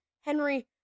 Henry